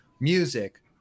music